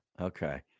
Okay